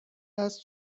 است